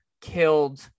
killed